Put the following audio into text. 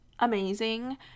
amazing